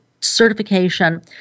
certification